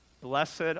Blessed